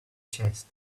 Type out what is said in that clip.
chest